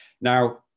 Now